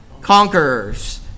conquerors